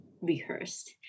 rehearsed